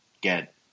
get